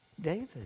David